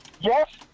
Yes